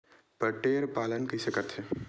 बटेर पालन कइसे करथे?